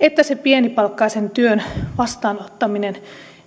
että se pienipalkkaisen työn vastaanottaminen